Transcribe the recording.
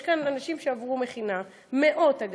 יש כאן אנשים שעברו מכינה מאות,